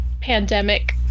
pandemic